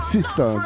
Sister